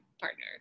partner